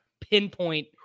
pinpoint